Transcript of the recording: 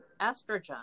estrogen